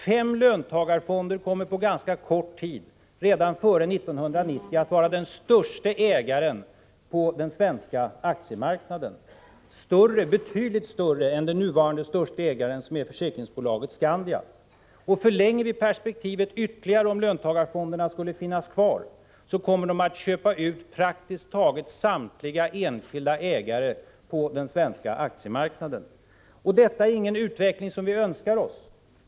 Fem löntagarfonder kommer på ganska kort tid, redan före 1990, att vara den största ägaren på den svenska aktiemarknaden, betydligt större än den nu största ägaren, försäkringsbolaget Skandia. Förlänger vi perspektivet ytterligare och tänker oss att löntagarfonderna skulle finnas kvar, så kommer de att köpa ut praktiskt taget samtliga enskilda ägare på den svenska aktiemarknaden. Detta är ingen utveckling som vi önskar oss.